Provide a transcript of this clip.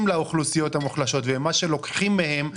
לאוכלוסיות המוחלשות ואת מה שלוקחים מהן,